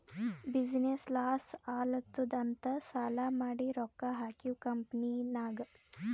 business loss ಆಲಾತ್ತುದ್ ಅಂತ್ ಸಾಲಾ ಮಾಡಿ ರೊಕ್ಕಾ ಹಾಕಿವ್ ಕಂಪನಿನಾಗ್